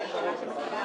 לאישור,